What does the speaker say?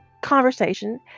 conversation